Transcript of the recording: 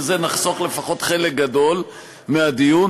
בזה נחסוך לפחות חלק גדול מהדיון.